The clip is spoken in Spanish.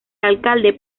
alcalde